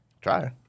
Try